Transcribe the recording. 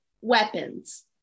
weapons